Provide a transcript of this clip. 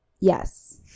Yes